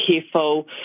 careful